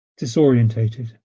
disorientated